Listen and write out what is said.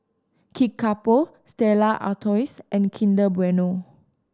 Kickapoo Stella Artois and Kinder Bueno